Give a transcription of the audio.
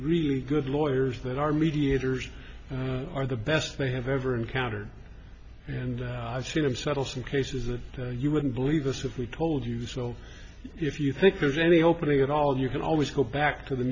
really good lawyers that are mediators are the best they have ever encountered and i've seen them settle some cases that you wouldn't believe us if we told you so if you think there's any opening at all you can always go back to the